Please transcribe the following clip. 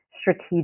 strategic